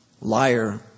Liar